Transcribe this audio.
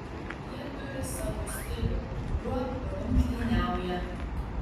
jie turi savo stilių kuriuo rungtyniauja